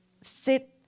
sit